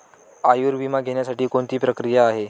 आयुर्विमा घेण्यासाठी कोणती प्रक्रिया आहे?